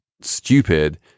stupid